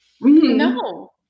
No